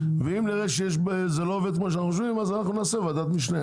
ואם נראה שזה לא עובד כמו שאנחנו חושבים אז נעשה ועדת משנה,